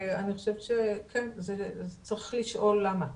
כן, צריך לשאול למה.